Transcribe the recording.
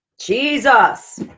Jesus